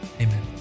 Amen